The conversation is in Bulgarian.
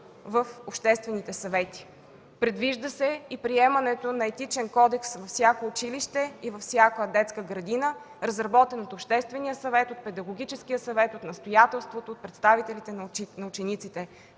в обществените съвети. Предвижда се и приемането на Етичен кодекс във всяко училище и във всяка детска градина, разработен от обществения съвет, от педагогическия съвет, от настоятелството, от представителите на учениците.